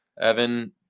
evan